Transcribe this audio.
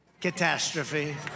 catastrophe